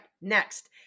next